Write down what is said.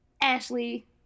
Ashley